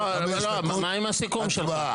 אבל מה עם סיכום שלך?